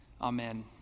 Amen